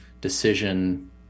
decision